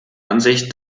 ansicht